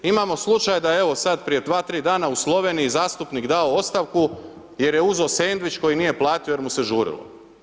Imamo slučaj da evo sad prije 2, 3 dana u Sloveniji zastupnik dao ostavku jer je uzeo sendvič koji nije platio jer mu se žurilo.